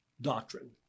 doctrine